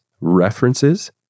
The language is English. references